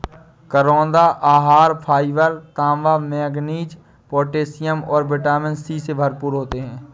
करौंदा आहार फाइबर, तांबा, मैंगनीज, पोटेशियम और विटामिन सी से भरपूर होते हैं